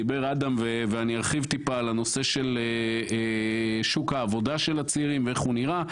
דיבר אדם ואני ארחיב טיפה על נושא שוק העבודה של הצעירים ואיך הוא נראה.